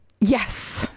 Yes